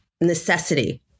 necessity